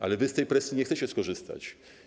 Ale wy z tej presji nie chcecie skorzystać.